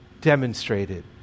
demonstrated